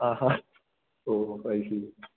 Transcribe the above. Aaha oh I C